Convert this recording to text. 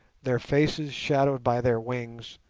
their faces shadowed by their wings,